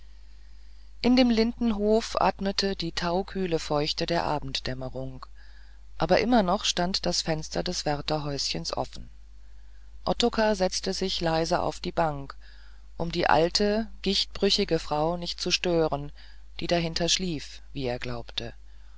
in dem lindenhof atmete die taukühle feuchte der abenddämmerung aber immer noch stand das fenster des wärterhäuschens offen ottokar setzte sich leise auf die bank um die alte gichtbrüchige frau nicht zu stören die dahinter schlief wie er glaubte